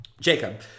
Jacob